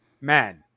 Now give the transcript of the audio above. man